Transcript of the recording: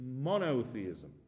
monotheism